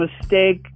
mistake